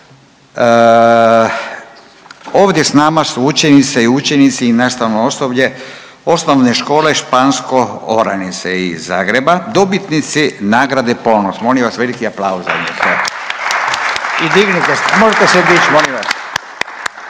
Ovdje s nama su učenice i učenici i nastavno osoblje Osnovne škole Špansko-Oranice iz Zagreba, dobitnici nagrade Ponos, molim vas veliki aplauz za njih. I dignite se, možete se dići, molim vas.